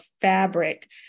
fabric